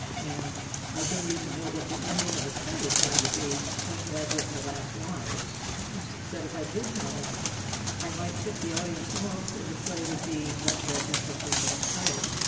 and i don't even know what the ending of a play is going to be until i've written the last lines. he said, if i did know i might tip the audience off and the play would be much less interesting and exciting.